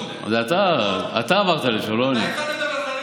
גם כשאני מדבר איתך מקצועית אתה עובר לתחום הזה?